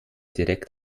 direkt